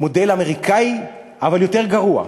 מודל אמריקני, אבל יותר גרוע,